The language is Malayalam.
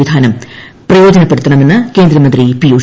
സംവിധാനം പ്രയോജനപ്പെടുത്തണമെന്ന് കേന്ദ്രമന്ത്രി പീയുഷ് ഗോയൽ